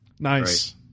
Nice